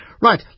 Right